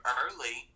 early